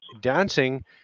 dancing